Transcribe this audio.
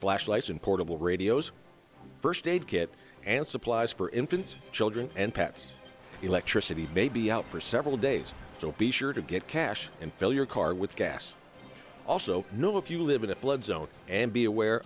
flashlights and portable radios first aid kit and supplies for infants children and pets electricity baby out for several days so be sure to get cash and fill your car with gas also know if you live in a flood zone and be aware